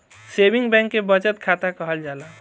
saving bank के बचत खाता कहल जाला